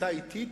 היתה אטית.